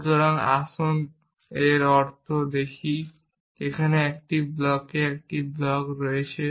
সুতরাং আসুন এর অর্থ দেখি যে অন্য একটি ব্লকে একটি ব্লক রয়েছে